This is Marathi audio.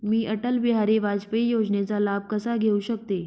मी अटल बिहारी वाजपेयी योजनेचा लाभ कसा घेऊ शकते?